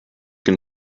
can